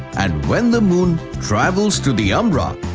and when the moon travels to the umbra,